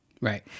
Right